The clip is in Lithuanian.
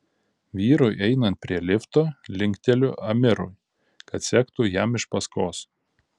vyrui einant prie lifto linkteliu amirui kad sektų jam iš paskos